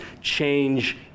change